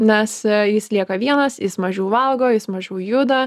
nes jis lieka vienas jis mažiau valgo jis mažiau juda